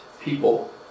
people